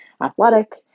athletic